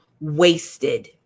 wasted